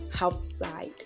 Outside